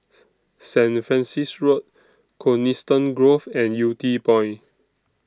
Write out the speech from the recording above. Saint Francis Road Coniston Grove and Yew Tee Point